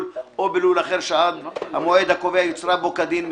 או בלול אחר שעד המועד הקובע יוצרה בו כדין,